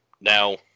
now